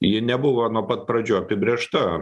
ji nebuvo nuo pat pradžių apibrėžta